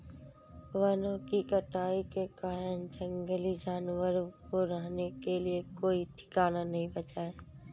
वनों की कटाई के कारण जंगली जानवरों को रहने के लिए कोई ठिकाना नहीं बचा है